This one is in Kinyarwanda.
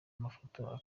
amafoto